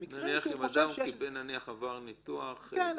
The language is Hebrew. במקרים שבהם הוא חשב --- נניח אדם עבר ניתוח מעקפים,